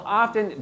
often